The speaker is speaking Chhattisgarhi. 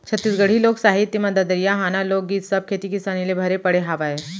छत्तीसगढ़ी लोक साहित्य म ददरिया, हाना, लोकगीत सब खेती किसानी ले भरे पड़े हावय